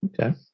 Okay